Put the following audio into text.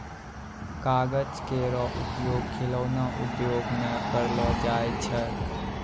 कागज केरो उपयोग खिलौना उद्योग म करलो जाय छै